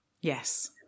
Yes